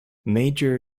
major